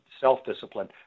self-discipline